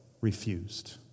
refused